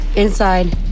Inside